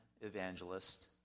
evangelist